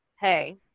hey